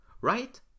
Right